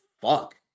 fuck